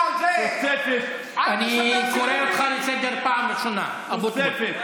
תוספת, אני קורא אותך לסדר פעם ראשונה, אבוטבול.